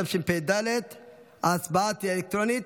התשפ"ד 2023. ההצבעה תהיה אלקטרונית.